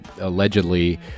allegedly